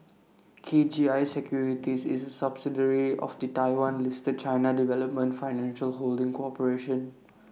K G I securities is A subsidiary of the Taiwan listed China development financial holding corporation